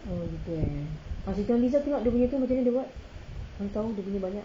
oh gitu eh kalau siti nurhaliza tengok dia punya tu macam mana dia buat mana tahu dia punya banyak